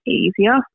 easier